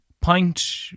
Pint